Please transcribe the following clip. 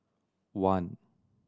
one